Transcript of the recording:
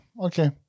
Okay